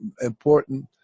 important